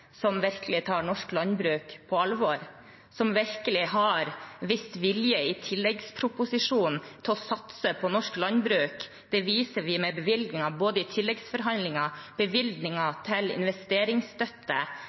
som virkelig tar norsk landbruk på alvor, som i tilleggsproposisjonen virkelig har vist vilje til å satse på norsk landbruk. Det viser vi med bevilgninger i